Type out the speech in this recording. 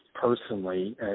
personally